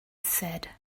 said